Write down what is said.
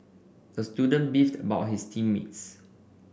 the student beefed about his team mates